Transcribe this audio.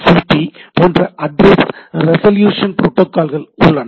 B போன்ற address resolution புரோட்டோகால்கள் உள்ளன